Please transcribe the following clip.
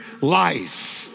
life